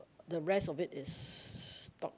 the rest of it is talk